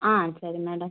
ஆ சரி மேடம்